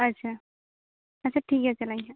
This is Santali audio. ᱟᱪᱪᱷᱟ ᱟᱪᱪᱷᱟ ᱴᱷᱤᱠ ᱜᱮᱭᱟ ᱪᱟᱞᱟᱣ ᱟᱹᱧ